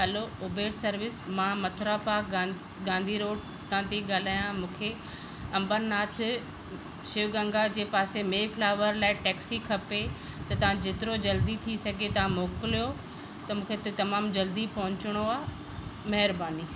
हलो Uber service मां मथुरा पां गा गांधी रोड तां थी ॻाल्हायां मूंखे अंबरनाथ शिव गंगा जे पासे में फ्लावर लाइ टैक्सी खपे त तव्हां जेतिरो जल्दी थी सघे तव्हां मोकिलियो त मूंखे हिते तमामु जल्दी पहुचणो आहे महिरबानी